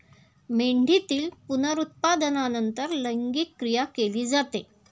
मेंढीतील पुनरुत्पादनानंतर लैंगिक क्रिया केली जाते